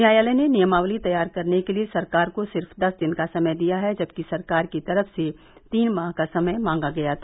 न्यायालय ने नियमावली तैयार करने के लिए सरकार को सिर्फ दस दिन का समय दिया है जबकि सरकार की तरफ से तीन माह का समय मांगा गया था